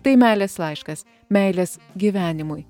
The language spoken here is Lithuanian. tai meilės laiškas meilės gyvenimui